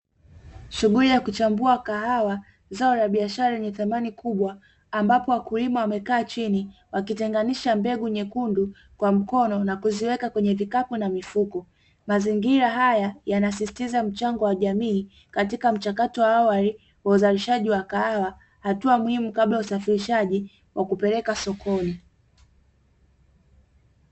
Shughuli ya kuchambua kahawa zao la biashara lenye samani kubwa ambapo wakulima wamekaa chini wakitenganisha mbegu nyekundu kwa mkono na kuziweka kwenye vikapo na mifuko. Mazingira haya yanasisitiza mchango wa jamii katika mchakato wa awali wa uzalishaji wa kahawa hatua muhimiu kabla ya usafirishaji wa kupeleka sokoni.